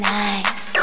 nice